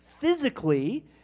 physically